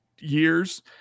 years